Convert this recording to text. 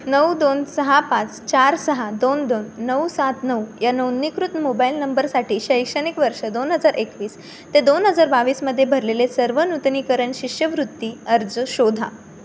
नऊ दोन सहा पाच चार सहा दोन दोन नऊ सात नऊ या नोंदणीकृत मोबाईल नंबरसाठी शैक्षणिक वर्ष दोन हजार एकवीस ते दोन हजार बावीसमध्ये भरलेले सर्व नूतणीकरण शिष्यवृत्ती अर्ज शोधा